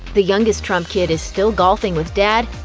the youngest trump kid is still golfing with dad,